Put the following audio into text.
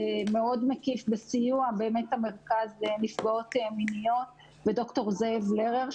מאוד מקיף בסיוע באמת של המרכז לנפגעות מיניות וד"ר זאב לרר,